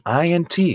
INT